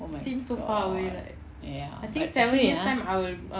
oh my god ya but you see ah